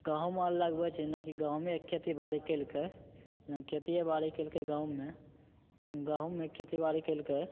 गहुँम आर लगबैत छै जेनाकि गहुँमेके खेतीबाड़ी कयलकै जेना खेतिए बाड़ी कयलकै गहुँममे गहुँममे खेतीबाड़ी कयलकै